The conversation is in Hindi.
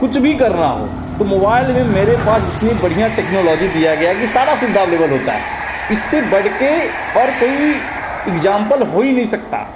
कुछ भी करना हो तो मोबाइल में मेरे पास इतनी बढ़िया टेक्नोलॉजी दिया गया है कि सारी सुविधा अव्लेब्ल होती है इससे बढ़ कर और कोई इक्जाम्पल हो ही नहीं सकता